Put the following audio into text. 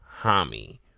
Hami